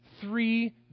three